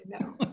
no